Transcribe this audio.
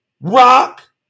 Rock